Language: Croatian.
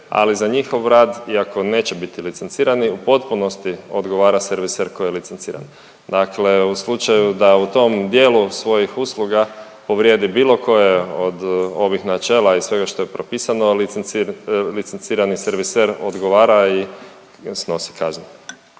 ali za njihov rad iako neće biti licencirani u potpunosti odgovara serviser koji je licenciran. Dakle u slučaju da u tom dijelu svojih usluga povrijedi bilo koje od ovih načela i svega što je propisano, licencirani serviser odgovara i snosi kaznu.